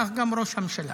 כך גם ראש הממשלה.